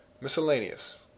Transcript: Miscellaneous